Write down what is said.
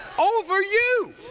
over you.